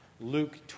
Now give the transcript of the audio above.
Luke